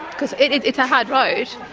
because it's a hard road.